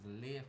live